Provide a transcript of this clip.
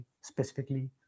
specifically